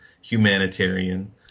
humanitarian